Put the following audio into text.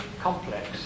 complex